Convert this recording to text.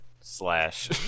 Slash